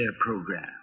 program